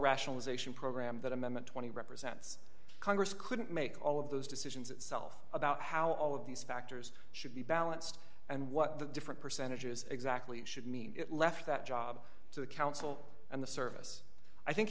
rationalization program that amendment twenty represents congress couldn't make all of those decisions itself about how all of these factors should be balanced and what the different percentages exactly should mean left that job to the council and the service i think